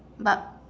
but